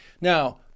Now